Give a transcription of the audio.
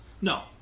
No